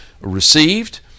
received